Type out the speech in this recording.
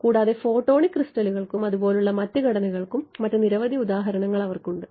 കൂടാതെ ഫോട്ടോണിക് ക്രിസ്റ്റലുകൾക്കും അതുപോലുള്ള മറ്റ് ഘടനകൾക്കും മറ്റ് നിരവധി ഉദാഹരണങ്ങൾ അവർക്ക് ഉണ്ട്